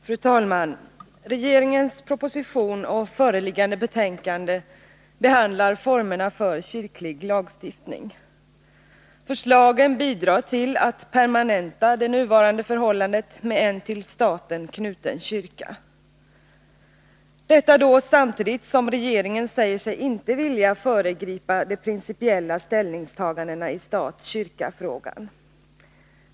Fru talman! Regeringens proposition 77 och föreliggande betänkande behandlar formerna för kyrklig lagstiftning. Förslagen bidrar till att permanenta det nuvarande förhållandet med en till staten knuten kyrka — detta samtidigt som regeringen säger sig inte vilja föregripa de principiella ställningstagandena i stat-kyrka-frågan.